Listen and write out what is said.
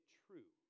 true